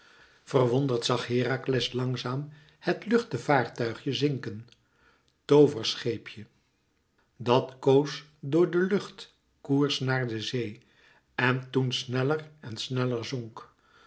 verwonderd zag herakles langzaam het luchte vaartuigje zinken tooverscheepje dat koos door de lucht koers naar de zee en toen sneller en sneller zonk